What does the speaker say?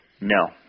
No